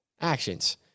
actions